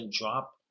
drop